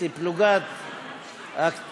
את פלוגת הצוערים,